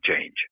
change